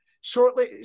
shortly